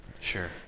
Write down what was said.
sure